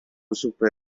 chupe